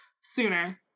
sooner